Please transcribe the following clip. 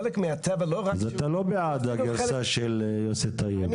חלק מהטבע לא רק -- אז אתה לא בעד הגרסה של יוסי טייב?